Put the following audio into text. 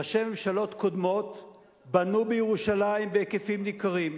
ראשי ממשלות קודמים בנו בירושלים בהיקפים ניכרים.